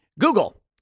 Google